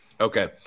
Okay